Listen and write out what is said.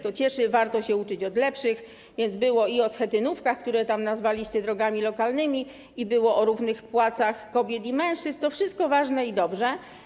To cieszy, warto się uczyć od lepszych, więc było i o schetynówkach, które tam nazwaliście drogami lokalnymi, i było o równych płacach kobiet i mężczyzn, to wszystko ważne i to dobrze.